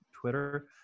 twitter